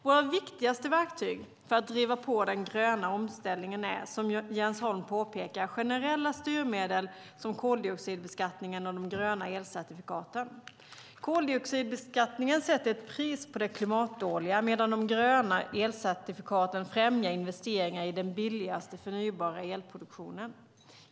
Våra viktigaste verktyg för att driva på den gröna omställningen är, som Jens Holm påpekar, generella styrmedel som koldioxidbeskattningen och de gröna elcertifikaten. Koldioxidbeskattningen sätter ett pris på det klimatdåliga, medan de gröna elcertifikaten främjar investeringar i den billigaste förnybara elproduktionen.